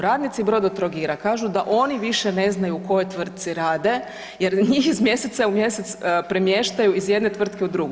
Radnici Brodotrogira kažu da oni više ne znaju u kojoj tvrtci rade jer njih iz mjeseca u mjesec premještaju iz jedne tvrtke u drugu.